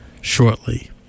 shortly